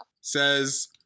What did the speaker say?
says